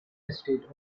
estate